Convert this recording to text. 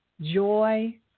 joy